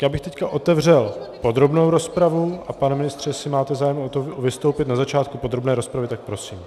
Já bych teď otevřel podrobnou rozpravu a pane ministře, jestli máte zájem o to, vystoupit na začátku podrobné rozpravy, tak prosím.